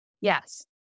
Yes